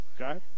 Okay